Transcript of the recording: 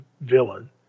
villain